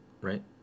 right